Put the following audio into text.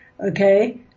okay